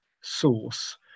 source